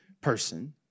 person